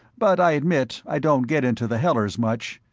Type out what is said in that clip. but i admit i don't get into the hellers much,